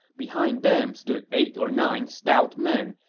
behind them stood eight or nine stout men,